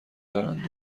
دارند